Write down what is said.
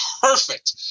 perfect